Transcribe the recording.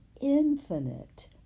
infinite